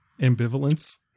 ambivalence